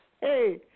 Hey